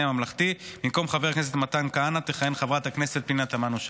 הממלכתי: במקום חבר הכנסת מתן כהנא תכהן חברת הכנסת פנינה תמנו שטה.